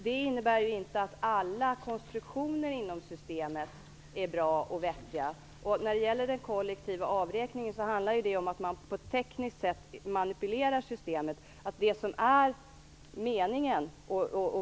Det innebär inte att alla konstruktioner inom systemet är bra och vettiga. När det gäller den kollektiva avräkningen, handlar det om att man på ett tekniskt sätt manipulerar systemet.